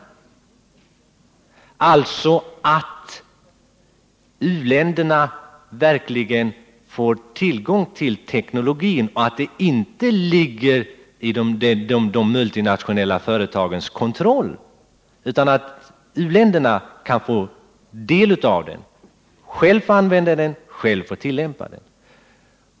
Tänker ni försöka se till att u-länderna verkligen får tillgång till teknologin, att den inte ligger under de multinationella företagens kontroll utan att u-länderna kan få del av den, själva få använda den och tillämpa den?